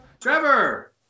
Trevor